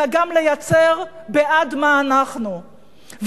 אלא גם לייצר בעד מה אנחנו,